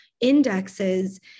indexes